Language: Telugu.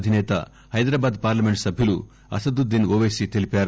అధినేత హైదరాబాద్ పార్లమెంట్ సభ్యులు అసదుద్దిన్ ఓపైసీ తెలిపారు